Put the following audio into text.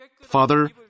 Father